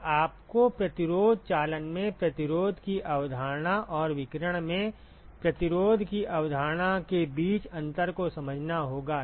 तो आपको प्रतिरोध चालन में प्रतिरोध की अवधारणा और विकिरण में प्रतिरोध की अवधारणा के बीच अंतर को समझना होगा